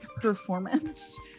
performance